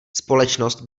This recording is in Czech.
společnost